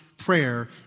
prayer